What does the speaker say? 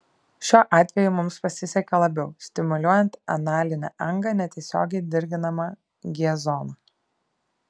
šiuo atveju mums pasisekė labiau stimuliuojant analinę angą netiesiogiai dirginama g zona